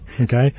Okay